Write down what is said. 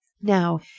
Now